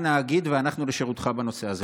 אנא הגד ואנחנו לשירותך בנושא הזה.